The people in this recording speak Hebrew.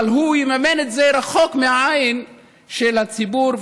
אבל הוא יממן את זה רחוק מהעין של הציבור,